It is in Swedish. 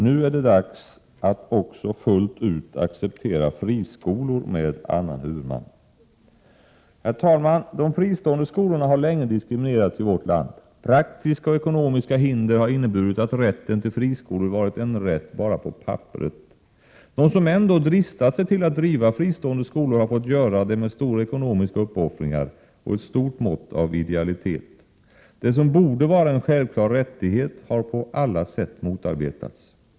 Nu är det dags att också fullt ut acceptera friskolor med annan huvudman. Herr talman! De fristående skolorna har länge diskriminerats i vårt land. Praktiska och ekonomiska hinder har inneburit att rätten till friskolor varit en rätt bara på pappret. De som ändå dristat sig till att driva fristående skolor har fått göra detta med stora ekonomiska uppoffringar och ett stort mått av idealitet. Det som borde vara en självklar rättighet har på alla sätt motarbetats.